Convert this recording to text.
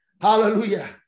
Hallelujah